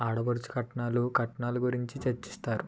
ఆడపడుచు కట్నాలు కట్నాలు గురించి చర్చిస్తారు